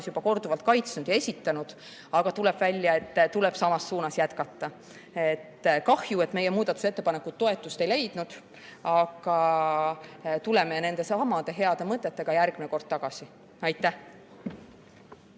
juba korduvalt kaitsnud ja esitanud, aga tuleb välja, et tuleb samas suunas jätkata. Kahju, et meie muudatusettepanekud toetust ei leidnud, aga tuleme nendesamade heade mõtetega järgmine kord tagasi. Aitäh!